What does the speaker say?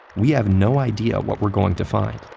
we have no idea what we're going to find.